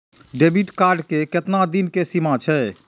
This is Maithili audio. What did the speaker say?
डेबिट कार्ड के केतना दिन के सीमा छै?